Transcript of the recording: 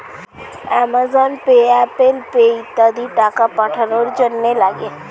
Amazon pay, Apple pay ইত্যাদি টাকা পাঠানোর জন্যে লাগে